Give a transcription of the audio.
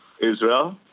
Israel